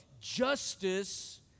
justice